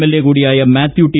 LA കൂടിയായ Mathew T